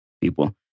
people